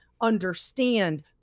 understand